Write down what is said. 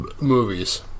movies